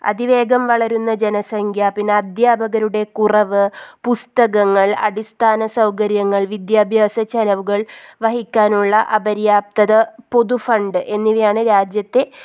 അതിവേഗം വളരുന്ന ജനസംഖ്യ പിന്നെ അദ്ധ്യാപകരുടെ കുറവ് പുസ്തകങ്ങൾ അടിസ്ഥാന സൗകര്യങ്ങൾ വിദ്യാഭ്യാസ ചിലവുകൾ വഹിക്കാനുള്ള അപര്യാപ്തത പൊതു ഫണ്ട് എന്നിവയാണ് രാജ്യത്ത്